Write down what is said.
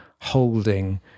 holding